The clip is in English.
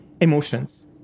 emotions